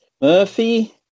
Murphy